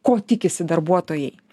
ko tikisi darbuotojai